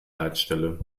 leitstelle